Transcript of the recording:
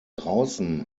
draußen